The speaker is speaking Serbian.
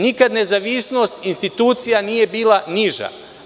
Nikada nezavisnost institucija nije bila niža.